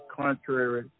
contrary